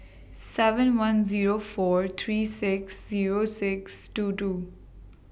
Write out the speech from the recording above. seven one Zero four three six Zero six two two